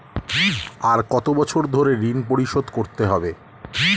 আর কত বছর ধরে ঋণ পরিশোধ করতে হবে?